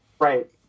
right